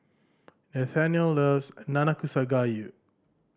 Nathaniel loves Nanakusa Gayu